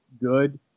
good